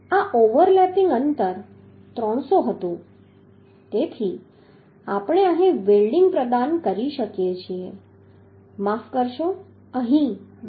આ overlapping અંતર 300 હતું તેથી આપણે અહીં વેલ્ડિંગ પ્રદાન કરીએ છીએ માફ કરશો અહીં વેલ્ડ